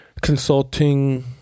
consulting